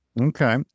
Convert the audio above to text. Okay